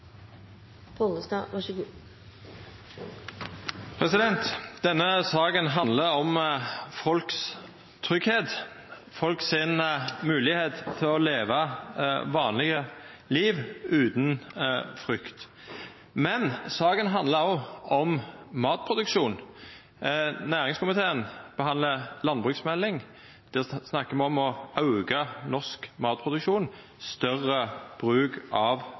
Denne saka handlar om tryggleiken til folk og moglegheita deira til å leva et vanleg liv utan frykt. Men saka handlar òg om matproduksjon. Næringskomiteen behandlar ei næringsmelding. Der snakkar me om å auka matproduksjonen i Noreg og større bruk av